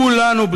כולנו,